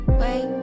wait